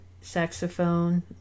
saxophone